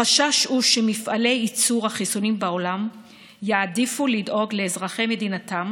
החשש הוא שמפעלי ייצור החיסונים בעולם יעדיפו לדאוג לאזרחי מדינתם